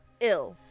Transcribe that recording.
ill